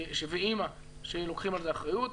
ואימא שלוקחים על זה אחריות.